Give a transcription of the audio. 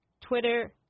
Twitter